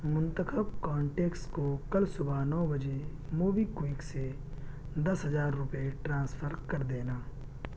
منتخب کانٹیکس کو کل صبح نو بجے موبی کوئک سے دس ہزار روپئے ٹرانسفر کر دینا